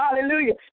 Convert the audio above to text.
Hallelujah